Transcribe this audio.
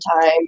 time